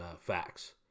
facts